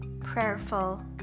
prayerful